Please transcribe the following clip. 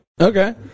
Okay